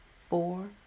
four